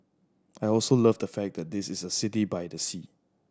I also love the fact that it is a city by the sea